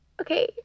okay